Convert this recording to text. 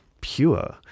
pure